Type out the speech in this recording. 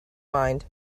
mind